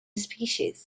species